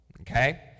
Okay